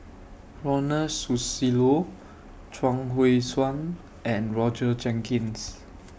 Ronald Susilo Chuang Hui Tsuan and Roger Jenkins